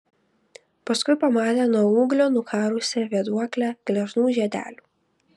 paskui pamatė nuo ūglio nukarusią vėduoklę gležnų žiedelių